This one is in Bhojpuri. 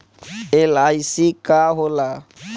एल.आई.सी का होला?